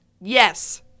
Yes